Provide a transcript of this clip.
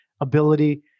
ability